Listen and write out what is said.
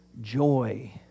joy